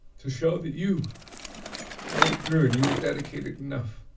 to show that you made it through and you were dedicated enough.